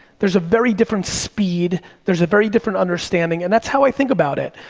there's a very different speed, there's a very different understanding, and that's how i think about it.